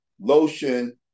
lotion